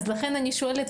אז לכן אני שואלת,